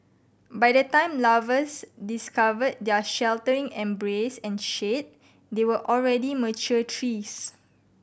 by the time lovers discovered their sheltering embrace and shade they were already mature trees